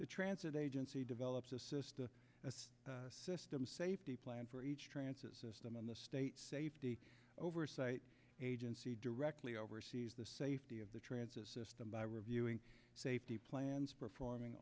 the transit agency develops its system safety plan for each transit system and the state safety oversight agency directly oversees the safety of the transit system by reviewing safety plans performing